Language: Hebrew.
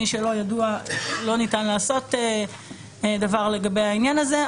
מי שלא ידוע לא ניתן לעשות דבר לגבי העניין הזה,